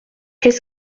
qu’est